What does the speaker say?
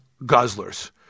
guzzlers